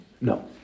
No